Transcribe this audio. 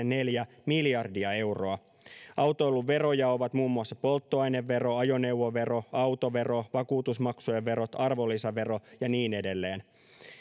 neljä miljardia euroa autoilun veroja ovat muun muassa polttoainevero ajoneuvovero autovero vakuutusmaksujen verot arvonlisävero ja niin edelleen